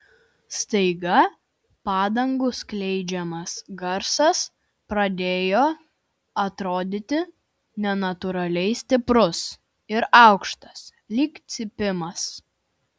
staiga padangų skleidžiamas garsas pradėjo atrodyti nenatūraliai stiprus ir aukštas lyg cypimas